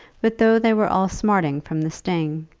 but though they were all smarting from the sting,